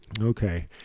Okay